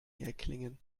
erklingen